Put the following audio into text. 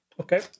Okay